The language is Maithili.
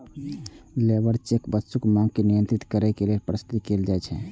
लेबर चेक वस्तुक मांग के नियंत्रित करै लेल प्रस्तावित कैल जाइ छै